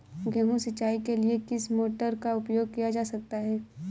गेहूँ सिंचाई के लिए किस मोटर का उपयोग किया जा सकता है?